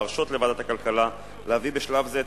להרשות לוועדת הכלכלה להביא בשלב זה את